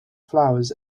flowers